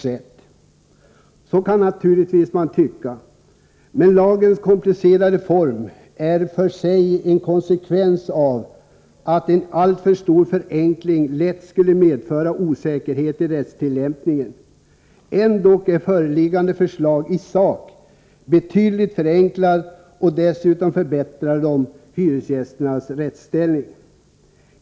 Det kan man naturligtvis tycka. Men lagens komplicerade form är i sig en konsekvens av att en alltför omfattande förenkling lätt skulle medföra osäkerhet i rättstillämpningen. Ändock är nu föreliggande förslag i sak betydligt förenklat, och dessutom förbättrar det hyresgästernas rättsställning.